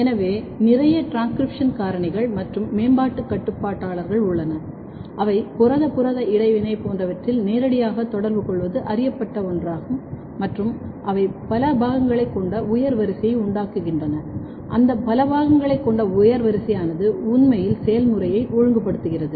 எனவே நிறைய டிரான்ஸ்கிரிப்ஷன் காரணிகள் மற்றும் மேம்பாட்டு கட்டுப்பாட்டாளர்கள் உள்ளன அவை புரத புரத இடைவினை போன்றவற்றில் நேரடியாக தொடர்பு கொள்வது அறியப்பட்ட ஒன்றாகும் மற்றும் அவை பல பாகங்களைக் கொண்ட உயர் வரிசையை உண்டாக்குகின்றன அந்த பல பாகங்களைக் கொண்ட உயர் வரிசையானது உண்மையில் செயல்முறையை ஒழுங்குபடுத்துகிறது